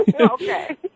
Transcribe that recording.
Okay